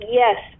yes